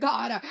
God